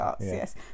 yes